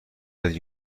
علت